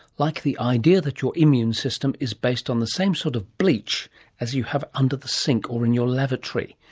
like the idea that your immune system is based on the same sort of bleach as you have under the sink or in your lavatory.